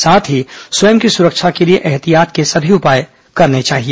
साथ ही स्वयं की सुरक्षा के लिए ऐहतियात के सभी उपाए करने चाहिए